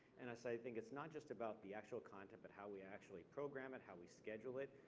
and i so think it's not just about the actual content, but how we actually program it, how we schedule it.